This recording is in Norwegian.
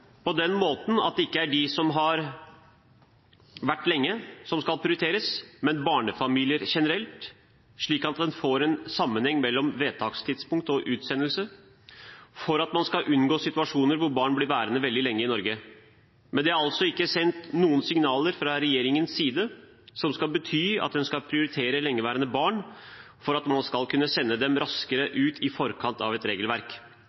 på den måten at det ikke er de som har vært her lenge, som skal prioriteres, men barnefamilier generelt, slik at en får sammenheng mellom vedtakstidspunkt og utsendelse, for at man skal unngå situasjoner hvor barn blir værende veldig lenge i Norge. Men det er altså ikke sendt noen signaler fra regjeringens side som skal bety at en skal prioritere lengeværende barn for at en skal sende dem raskere ut i forkant av et regelverk.